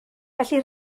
felly